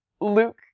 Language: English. Luke